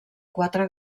quatre